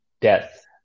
death